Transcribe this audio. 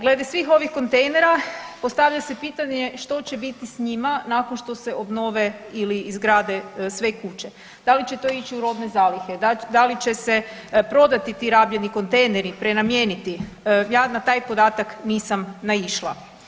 Glede svih ovih kontejnera postavlja se pitanje što će biti sa njima nakon što se obnove ili izgrade sve kuće, da li će to ići u robne zalihe, da li će se prodati ti rabljeni kontejneri, prenamijeniti ja na taj podatak nisam naišla.